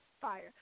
Fire